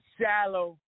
shallow